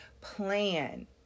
Plan